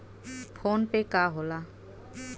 PhonePe का होला?